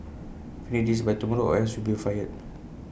finish this by tomorrow or else you'll be fired